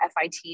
FIT